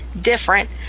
different